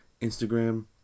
Instagram